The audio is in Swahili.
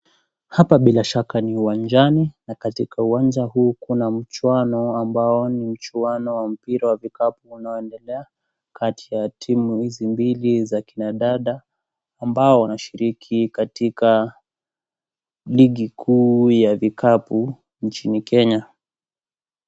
Hapa bila shaka ni uwanjani, na katika uwanja huu Kuna mchuano ambao ni mchuano wa Mpira wa vikapu unaoendelea kati ya timu hizi mbili za kina dada ambao wanashiriki katika ligi kuu ya vikapu nchini kenya